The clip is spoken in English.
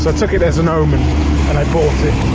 so took it as an omen and i bought it.